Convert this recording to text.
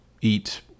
eat